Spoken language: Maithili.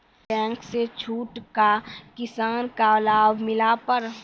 बैंक से छूट का किसान का लाभ मिला पर?